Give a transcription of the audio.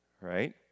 right